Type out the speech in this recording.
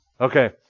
Okay